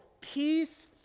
Peace